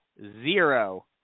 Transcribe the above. Zero